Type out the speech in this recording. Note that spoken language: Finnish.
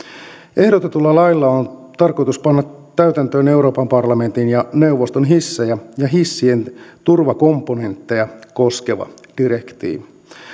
ehdotetulla lailla on tarkoitus panna täytäntöön euroopan parlamentin ja neuvoston hissejä ja hissien turvakomponentteja koskeva direktiivi